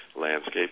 landscape